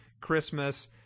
Christmas